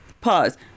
Pause